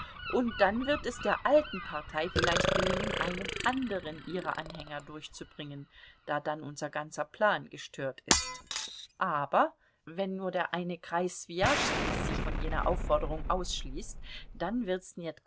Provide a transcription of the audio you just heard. und dann wird es der alten partei vielleicht gelingen einen anderen ihrer anhänger durchzubringen da dann unser ganzer plan gestört ist aber wenn nur der eine kreis swijaschskis sich von jener aufforderung ausschließt dann wird